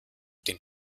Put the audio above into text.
den